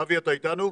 אבי, אתה איתנו?